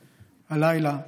הלילה,